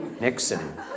Nixon